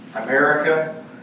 America